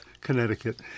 Connecticut